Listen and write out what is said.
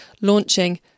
launching